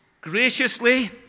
graciously